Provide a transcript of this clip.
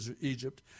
Egypt